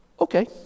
okay